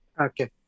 okay